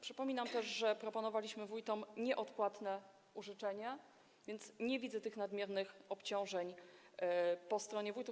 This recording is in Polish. Przypominam też, że proponowaliśmy wójtom nieodpłatne użyczenie, więc nie widzę tych nadmiernych obciążeń po stronie wójtów.